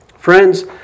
Friends